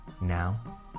Now